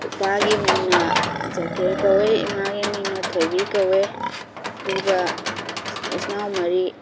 ꯏꯄꯥꯒꯤ ꯃꯤꯡꯅ ꯖꯀꯤꯔ ꯀꯧꯏ ꯏꯃꯥꯒꯤ ꯃꯤꯡꯅ ꯊꯣꯏꯕꯤ ꯀꯧꯋꯦ ꯑꯗꯨꯒ ꯏꯆꯤꯟ ꯅꯥꯎ ꯃꯔꯤ